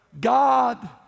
God